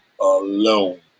alone